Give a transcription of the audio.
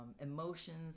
emotions